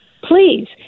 Please